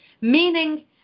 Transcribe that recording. meaning